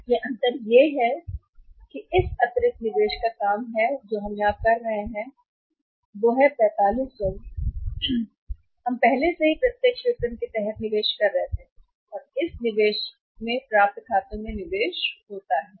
इसलिए अंतर यह है कि इस अतिरिक्त निवेश का काम है जो हम कर रहे हैं यहां यह है कि 45 4500 में से हम पहले से ही प्रत्यक्ष विपणन के तहत निवेश कर रहे हैं यह है इस निवेश में प्राप्य खातों में निवेश होता है